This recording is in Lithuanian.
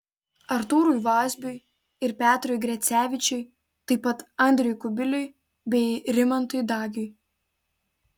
artūrui vazbiui ir petrui grecevičiui taip pat andriui kubiliui bei rimantui dagiui